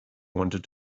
wanted